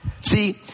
See